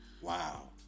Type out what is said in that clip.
Wow